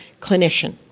clinician